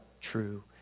true